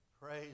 Praise